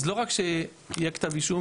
אז לא רק שיהיה כתב אישום,